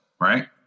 right